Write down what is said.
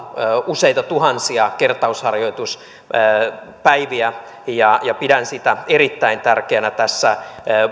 useita tuhansia kertausharjoituspäiviä ja pidän sitä erittäin tärkeänä tässä